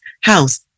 house